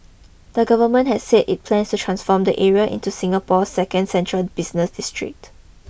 the government has said it plans to transform the area into Singapore's second central business district